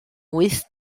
wyth